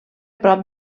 prop